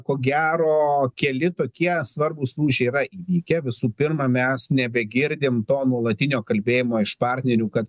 ko gero keli tokie svarbūs lūžiai yra įvykę visų pirma mes nebegirdim to nuolatinio kalbėjimo iš partnerių kad